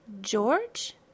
George